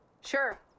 Sure